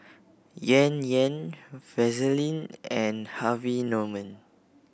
Yan Yan Vaseline and Harvey Norman